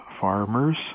farmers